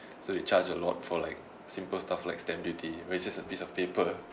so they charge a lot for like simple stuff like stamp duty where it's just a piece of paper